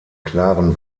klaren